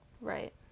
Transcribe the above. right